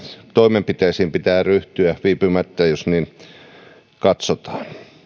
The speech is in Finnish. toimenpiteisiin pitää ryhtyä viipymättä jos niin katsotaan